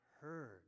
heard